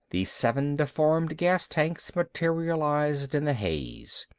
the seven deformed gas tanks materialized in the haze.